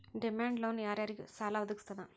Demand loan ಯಾರ್ ಯಾರಿಗ್ ಸಾಲಾ ವದ್ಗಸ್ತದ?